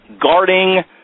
guarding